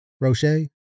rocher